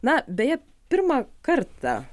na beje pirmą kartą